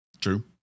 True